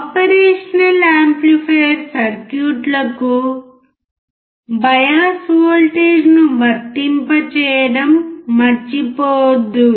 operation amplifier సర్క్యూట్లకు bias వోల్టేజ్ను వర్తింపచేయడం మర్చిపోవద్దు